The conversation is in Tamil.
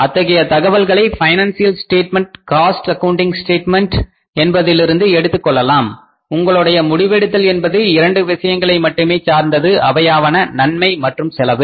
அத்தகைய தகவல்களை financial statement cost accounting statement என்பதிலிருந்து எடுத்துக் கொள்ளலாம் உங்களுடைய முடிவெடுத்தல் என்பது இரண்டு விஷயங்களை மட்டுமே சார்ந்தது அவையாவன நன்மை மற்றும் செலவு